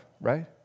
right